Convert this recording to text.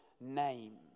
name